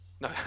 no